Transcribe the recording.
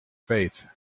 faith